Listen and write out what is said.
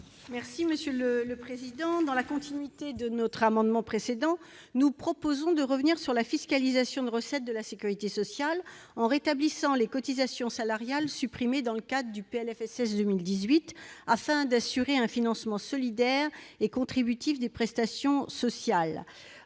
est à Mme Laurence Cohen. Dans la continuité de notre amendement précédent, nous proposons de revenir sur la fiscalisation de recettes de la sécurité sociale, en rétablissant les cotisations salariales supprimées dans le cadre du PLFSS 2018, afin d'assurer un financement solidaire et contributif des prestations sociales.